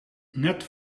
net